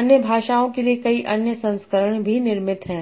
अन्य भाषाओं के लिए कई अन्य संस्करण भी निर्मित हैं